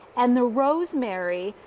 and the rosemary,